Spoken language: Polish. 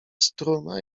struna